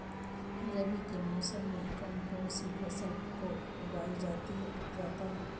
रवि के मौसम में कौन कौन सी फसल को उगाई जाता है?